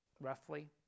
roughly